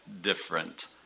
different